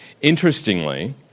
Interestingly